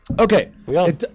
Okay